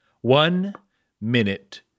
One-Minute